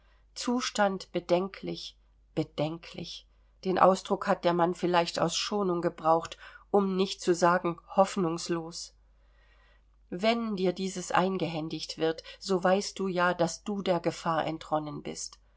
zustand bedenklich bedenklich den ausdruck hat der mann vielleicht aus schonung gebraucht um nicht zu sagen hoffnungslos wenn dir dieses eingehändigt wird so weißt du ja daß du der gefahr entronnen bist